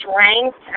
strength